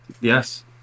Yes